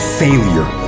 failure